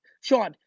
Sean